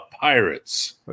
Pirates